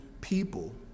people